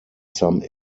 some